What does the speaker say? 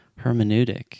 hermeneutic